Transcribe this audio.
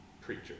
preacher